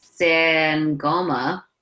Sangoma